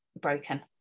broken